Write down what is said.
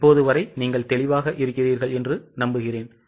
இப்போது வரை நீங்கள் தெளிவாக இருக்கிறீர்கள் என்று நம்புகிறேன்